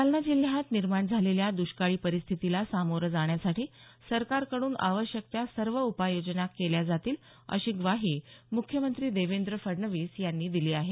जालना जिल्ह्यात निर्माण झालेल्या दुष्काळी परिस्थितीला सामोरं जाण्यासाठी सरकारकडून आवश्यक त्या सर्व उपाय योजना केल्या जातील अशी ग्वाही मुख्यमंत्री देवेंद्र फडणवीस यांनी दिली आहे